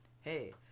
hey